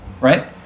right